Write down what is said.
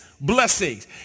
Blessings